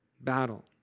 battle